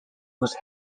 was